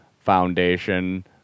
foundation